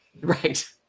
right